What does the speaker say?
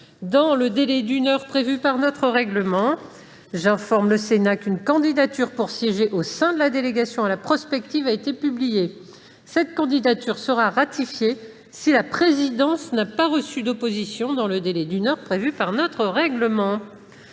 dans le délai d'une heure prévu par notre règlement. J'informe également le Sénat qu'une candidature pour siéger au sein de la délégation à la prospective a été publiée. Cette candidature sera ratifiée si la présidence n'a pas reçu d'opposition dans le délai d'une heure prévu par notre règlement.